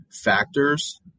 factors